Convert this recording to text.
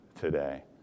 today